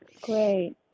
great